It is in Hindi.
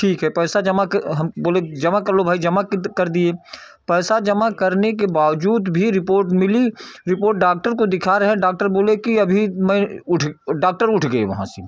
ठीक है पैसा जमा क हम बोले जमा कर लो भाई जमा कर कर दिए पैसा जमा करने के बावजूद भी रिपोर्ट मिली रिपोर्ट डॉक्टर को दिखा रहे हैं डॉक्टर बोले कि अभी मैं उठ डॉक्टर उठ गए वहाँ से